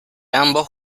ambos